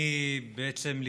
בעצם,